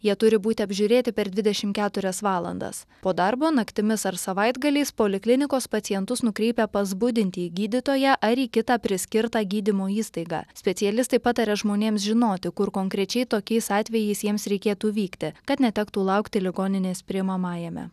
jie turi būti apžiūrėti per dvidešimt keturias valandas po darbo naktimis ar savaitgaliais poliklinikos pacientus nukreipia pas budintį gydytoją ar į kitą priskirtą gydymo įstaigą specialistai pataria žmonėms žinoti kur konkrečiai tokiais atvejais jiems reikėtų vykti kad netektų laukti ligoninės priimamajame